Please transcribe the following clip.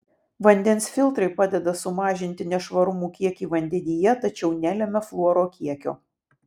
vandens filtrai padeda sumažinti nešvarumų kiekį vandenyje tačiau nelemia fluoro kiekio